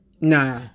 Nah